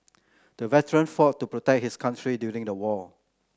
the veteran fought to protect his country during the war